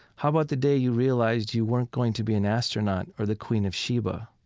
how about the day you realized you weren't going to be an astronaut or the queen of sheba?